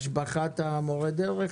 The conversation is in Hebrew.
הוצע להשביח את מקצוע מורי הדרך.